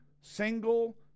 single